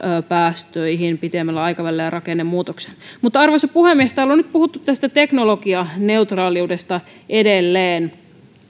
päästöihin pitemmällä aikavälillä ja rakennemuutokseen arvoisa puhemies täällä on nyt puhuttu tästä teknologianeutraaliudesta edelleen